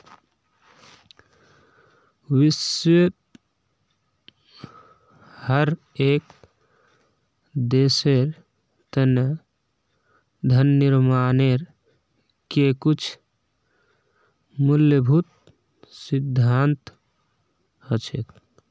विश्वत हर एक देशेर तना धन निर्माणेर के कुछु मूलभूत सिद्धान्त हछेक